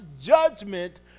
judgment